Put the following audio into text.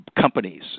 companies